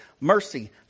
mercy